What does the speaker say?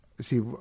See